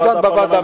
היא תידון בוועדה.